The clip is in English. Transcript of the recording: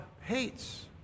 hates